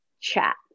chat